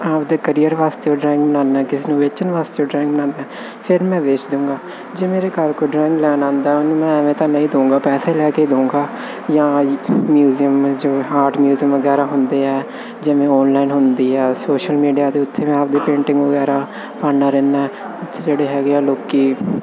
ਆਪਦੇ ਕਰੀਅਰ ਵਾਸਤੇ ਵੀ ਡਰਾਇੰਗ ਬਣਾਉਂਦਾ ਕਿਸੇ ਨੂੰ ਵੇਚਣ ਵਾਸਤੇ ਡਰਾਇੰਗ ਬਣਾਉਂਦਾ ਫਿਰ ਮੈਂ ਵੇਚ ਦੂੰਗਾ ਜੇ ਮੇਰੇ ਘਰ ਕੋਈ ਡਰਾਇੰਗ ਲੈਣ ਆਉਂਦਾ ਉਹਨੂੰ ਮੈਂ ਐਵੇਂ ਤਾਂ ਨਹੀਂ ਦਊਂਗਾ ਪੈਸੇ ਲੈ ਕੇ ਦਊਂਗਾ ਜਾਂ ਮਿਊਜੀਅਮ 'ਚ ਆਰਟ ਮਿਊਜ਼ੀਅਮ ਵਗੈਰਾ ਹੁੰਦੇ ਆ ਜਿਵੇਂ ਆਨਲਾਈਨ ਹੁੰਦੀ ਹੈ ਸੋਸ਼ਲ ਮੀਡੀਆ ਦੇ ਉੱਤੇ ਮੈਂ ਆਪਦੀ ਪੇਂਟਿੰਗ ਵਗੈਰਾ ਪਾਉਂਦਾ ਰਹਿੰਦਾ ਉੱਥੇ ਜਿਹੜੇ ਹੈਗੇ ਆ ਲੋਕ